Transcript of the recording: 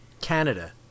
Canada